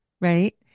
Right